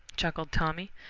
chuckled tommy.